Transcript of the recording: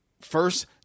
first